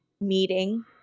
meeting